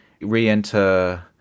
re-enter